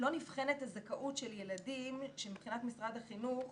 נבחנת הזכאות של ילדים שמבחינת משרד החינוך